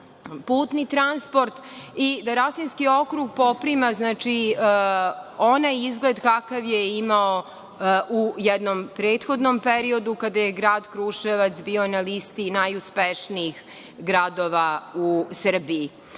putni transport i da Rasinski okrugu poprima onaj izgled kakav je imao u jednom prethodnom periodu kada je grad Kruševac bio na listi najuspešnijih gradova u Srbiji. To